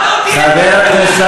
אנשים נרצחים,